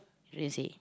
you don't say